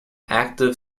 active